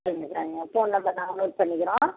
சரிங்க சரிங்க phone number நாங்கள் நோட் பண்ணிக்கிறோம்